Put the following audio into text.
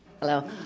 Hello